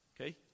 okay